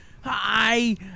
hi